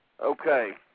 Okay